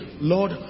Lord